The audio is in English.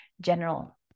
general